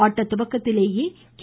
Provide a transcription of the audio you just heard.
ஆட்டத்துவக்கத்திலேயே K